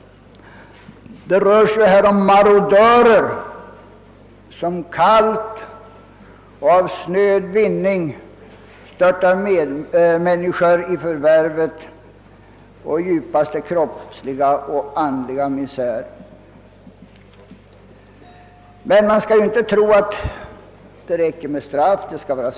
Det rör sig här om marodörer, som kallt och av snöd vinning störtar medmänniskor i fördärvet — i djupaste kroppsliga och andliga misär. Man skall emellertid inte tro att det räcker med en straffskärpning.